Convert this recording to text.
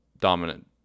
dominant